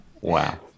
Wow